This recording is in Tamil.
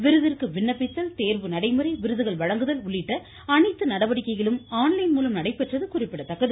விருதிற்கு விண்ணப்பித்தல் தேர்வு நடைமுறை விருதுகள் வழங்குதல் உள்ளிட்ட அனைத்து நடவடிக்கைகளும் நடைபெற்றது ஆன்லைன் மூலம் குறிப்பிடத்தக்கது